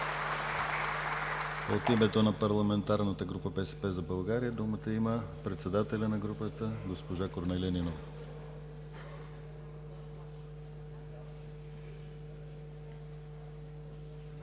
От името на парламентарната група на „БСП за България“ думата има председателят на групата – госпожа Корнелия Нинова.